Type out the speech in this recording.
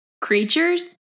creatures